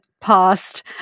past